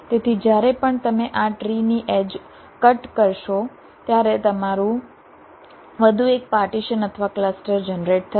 તેથી જ્યારે પણ તમે આ ટ્રી ની એડ્જ કટ કરશો ત્યારે તમારું વધુ એક પાર્ટીશન અથવા ક્લસ્ટર જનરેટ થશે